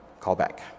callback